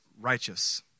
righteous